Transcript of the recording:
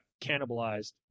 cannibalized